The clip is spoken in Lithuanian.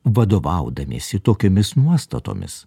vadovaudamiesi tokiomis nuostatomis